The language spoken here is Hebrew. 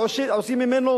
שעושים ממנו